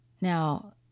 Now